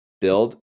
build